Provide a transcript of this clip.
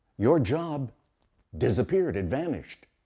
your job disappeared. it vanished.